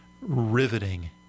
riveting